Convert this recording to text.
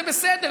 זה בסדר,